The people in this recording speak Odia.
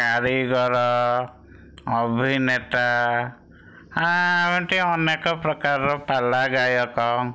କାରିଗର ଅଭିନେତା ଆ ଏମିତି ଅନେକ ପ୍ରକାର ପାଲା ଗାୟକ